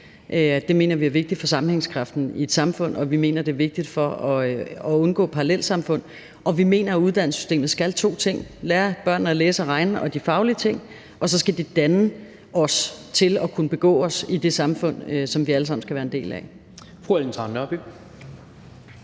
Det mener vi er vigtigt for sammenhængskraften i et samfund, og vi mener, det er vigtigt for at undgå parallelsamfund. Og vi mener, at uddannelsessystemet skal to ting: Lære børnene at læse og regne, de faglige ting, og så skal det danne os i forhold til at kunne begå os i det samfund, som vi alle sammen skal være en del af.